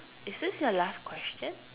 is this your last question